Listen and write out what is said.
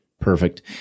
Perfect